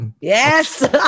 Yes